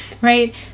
right